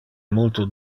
multo